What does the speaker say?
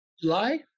July